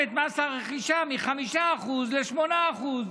מ-5% ל-8%.